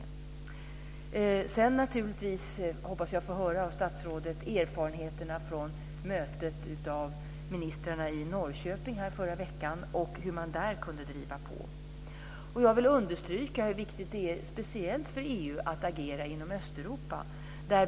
Sedan hoppas jag naturligtvis att höra från statsrådet om erfarenheterna från mötet med ministrarna i Norrköping i förra veckan och hur man där kunde driva på. Jag vill understryka hur viktigt det är, speciellt för EU, att agera inom Östeuropa.